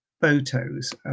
photos